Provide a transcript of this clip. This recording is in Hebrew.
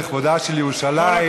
לכבודה של ירושלים.